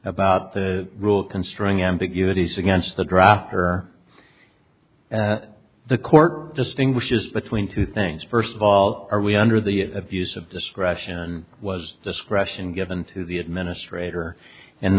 about the rule constraining ambiguities against the draft or at the court distinguishes between two things first of all are we under the abuse of discretion and was discretion given to the administrator and